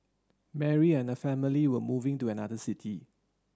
Mary and family were moving to another city